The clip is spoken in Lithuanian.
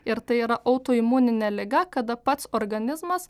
ir tai yra autoimuninė liga kada pats organizmas